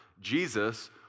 Jesus